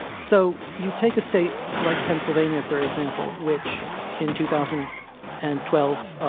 so, you take a state like pennsylvania, for example, which in two thousand and twelve